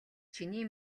чиний